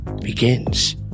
begins